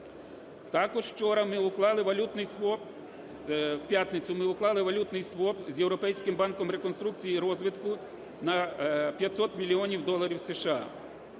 в п'ятницю ми уклали валютний своп з Європейським банком реконструкції і розвитку на 500 мільйонів доларів США.